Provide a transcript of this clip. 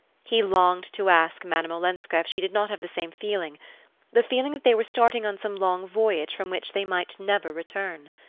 he longed to ask madame olenska if she did not have the same feeling the feeling that they were starting on some long voyage from which they might never return.